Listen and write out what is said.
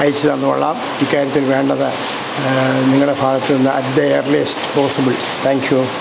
അയച്ച് തന്നോളം ഇക്കാര്യത്തിൽ വേണ്ടത് നിങ്ങളുടെ ഭാഗത്ത് നിന്ന് at the earliest possible thank U